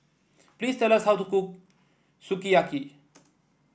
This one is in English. please tell how to cook Sukiyaki